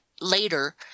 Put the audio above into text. later